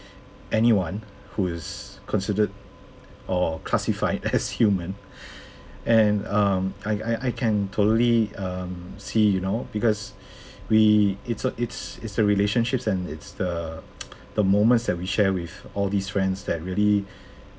anyone who is considered or classified as human and um I I I can totally um see you know because we it's a it's it's the relationships and it's the the moments that we share with all these friends that really